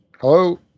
Hello